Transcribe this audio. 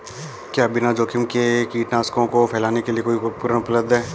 क्या बिना जोखिम के कीटनाशकों को फैलाने के लिए कोई उपकरण उपलब्ध है?